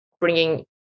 bringing